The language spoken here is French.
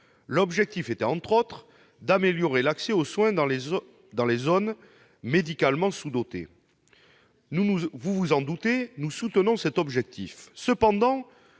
L'objectif était, entre autres, d'améliorer l'accès aux soins dans les zones médicalement sous-dotées. Vous vous en doutez : nous soutenons ce dernier